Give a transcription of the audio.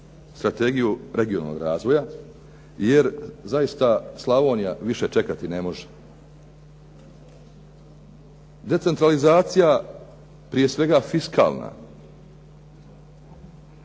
strategiju regionalnog razvoja, jer zaista Slavonija više čekati ne može. Decentralizacija prije svega fiskalna